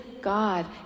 God